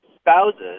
spouses